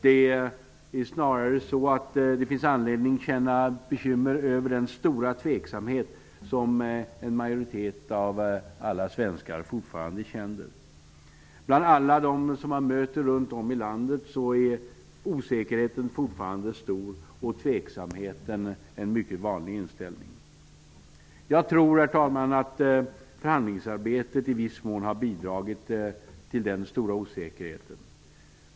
Det finns snarare anledning att känna bekymmer över den stora tveksamhet som en majoritet av alla svenskar fortfarande känner. Bland alla dem som man möter runt om i landet är osäkerheten fortfarande stor och tveksamheten en mycket vanlig inställning. Jag tror, herr talman, att förhandlingsarbetet i viss mån har bidragit till den stora osäkerheten.